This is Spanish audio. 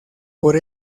por